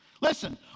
Listen